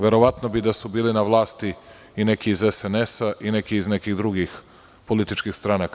Verovatno bi, da su bili na vlasti i neki iz SNS i neki iz nekih drugih političkih stranaka.